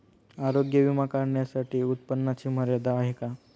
आरोग्य विमा काढण्यासाठी उत्पन्नाची मर्यादा आहे का?